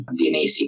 DNA